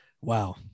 wow